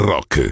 Rock